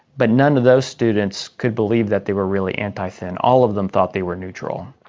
but none of those students could believe that they were really anti-thin, all of them thought they were neutral.